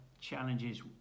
challenges